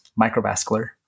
microvascular